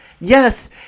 Yes